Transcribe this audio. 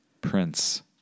Prince